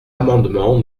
amendement